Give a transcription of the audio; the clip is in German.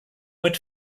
mit